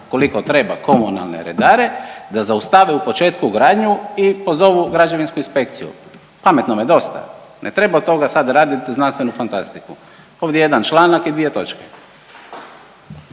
koliko treba komunalne redare da zaustave u početku gradnju i pozovu Građevinsku inspekciju. Pametnome dosta. Ne treba od tog sad radit znanstvenu fantastiku. Ovdje je jedan članak i dvije točke.